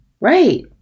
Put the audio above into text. Right